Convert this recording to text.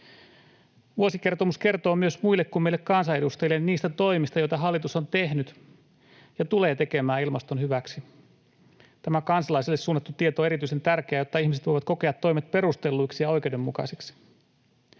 Vuosikertomus kertoo myös muille kuin meille kansanedustajille niistä toimista, joita hallitus on tehnyt ja tulee tekemään ilmaston hyväksi. Tämä kansalaisille suunnattu tieto on erityisen tärkeää, jotta ihmiset voivat kokea toimet perustelluiksi ja oikeudenmukaisiksi.